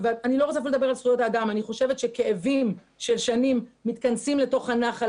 אני חושבת שכאבים של שנים מתכנסים לתוך הנחל